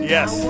Yes